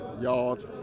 yard